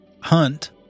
hunt